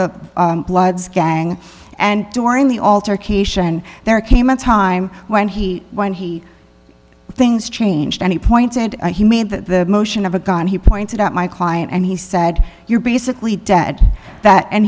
the bloods gang and during the alter cation there came a time when he when he things changed any point and he made the motion of a gun he pointed out my client and he said you're basically dead at that and